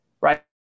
right